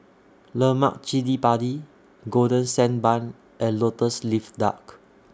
Lemak Cili Padi Golden Sand Bun and Lotus Leaf Duck